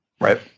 right